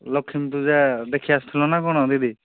ଲକ୍ଷ୍ମୀ ପୂଜା ଦେଖି ଆସିଥିଲ ନା କ'ଣ ଦିଦି